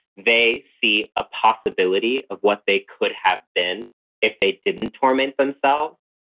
they see a possibility of what they could have been if they didn't torment themselves.